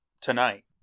tonight